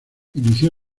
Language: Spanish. inició